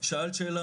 שאלת שאלה,